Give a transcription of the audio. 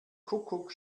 kuckuck